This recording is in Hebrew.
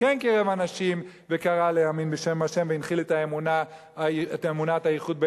וכן קירב אנשים וקרא להאמין בשם השם והנחיל את אמונת הייחוד,